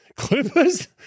Clippers